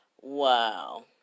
Wow